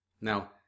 Now